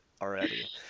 already